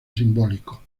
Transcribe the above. simbólico